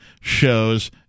shows